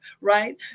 right